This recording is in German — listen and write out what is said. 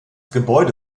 gebäude